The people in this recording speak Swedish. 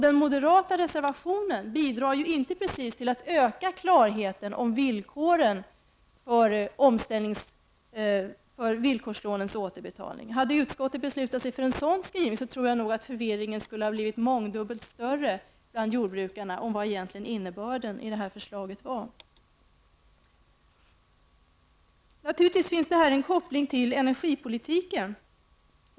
Den moderata reservationen bidrar inte precis till att öka klarheten om villkorslånens återbetalning. Hade utskottet beslutat sig för en sådan skrivning tror jag att förvirringen hade blivit mångdubbelt större bland jordbrukarna om vad den egentliga innebörden i detta förslag är. Det finns här naturligtvis en koppling till energipolitiken.